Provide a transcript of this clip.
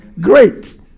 great